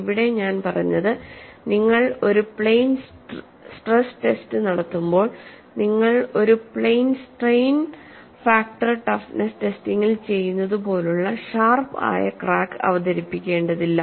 ഇവിടെ ഞാൻ പറഞ്ഞത് നിങ്ങൾ ഒരു പ്ലെയിൻ സ്ട്രെസ് ടെസ്റ്റ് നടത്തുമ്പോൾ നിങ്ങൾ ഒരു പ്ലെയിൻ സ്ട്രെയിൻ ഫ്രാക്ചർ ടഫ്നെസ് ടെസ്റ്റിംഗിൽ ചെയ്യുന്നതുപോലുള്ള ഷാർപ്പ് ആയ ക്രാക്ക് അവതരിപ്പിക്കേണ്ടതില്ല